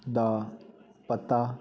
ਦਾ ਪਤਾ